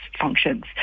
functions